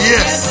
Yes